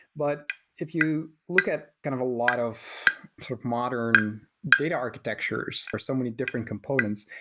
but if you look at kind of a lot of sort of modern data architectures or so many different components,